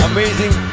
Amazing